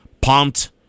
Pumped